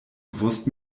bewusst